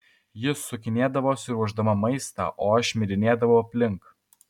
ji sukinėdavosi ruošdama maistą o aš šmirinėdavau aplink